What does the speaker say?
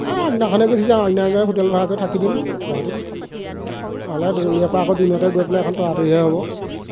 আগদিনাখনে গুচি যাম আগদিনাখন গৈয়ে হোটেল ভাড়া কৰি থাকি দিম গুৱাহাটীত নহ'লে ইয়াৰপৰা আকৌ দিনতে গৈ পেলাই এইখন তৰাতৰিহে হ'ব